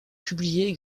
publiée